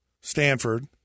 Stanford